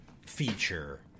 feature